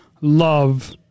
love